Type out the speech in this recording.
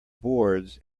boards